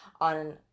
on